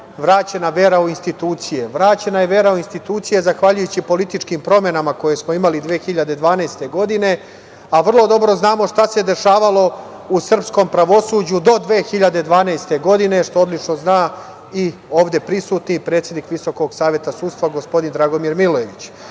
vraćena vera u institucije. Vraćena je vera u institucije zahvaljujući političkim promenama koje smo imali 2012. godine, a vrlo dobro znamo šta se dešavalo u srpskom pravosuđu do 2012. godine, što odlično zna i ovde prisutni predsednik Visokog saveta sudstva gospodin Dragomir Milojević. Imali